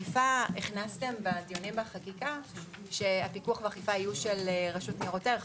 הכנסתם בדיונים בחקיקה שפיקוח ואכיפה יהיו של רשות ניירות ערך,